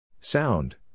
Sound